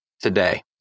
today